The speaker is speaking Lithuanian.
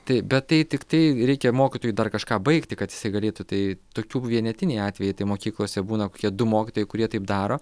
tai bet tai tiktai reikia mokytojui dar kažką baigti kad jisai galėtų tai tokių vienetiniai atvejai tai mokyklose būna kokie du mokytojai kurie taip daro